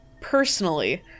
personally